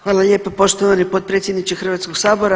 Hvala lijepo poštovani potpredsjedniče Hrvatskog sabora.